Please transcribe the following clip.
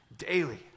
daily